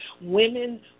women